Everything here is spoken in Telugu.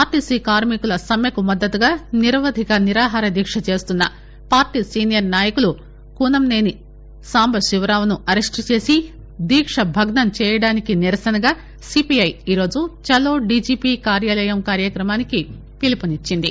ఆర్టీసీ కార్మికుల సమ్మెకు మద్దతుగా నిరవధిక నిరాహార దీక్ష చేస్తున్న పార్టీ సీనియర్ నాయకుడు కూనంనేని సాంబశివరావును అరెస్టు చేసి దీక్ష భగ్నం చేయడానికి నిరసనగా సీపీఐ ఈ రోజు చలో డీజీపీ కార్యాలయం కార్యక్రమానికి పిలుపునిచ్చింది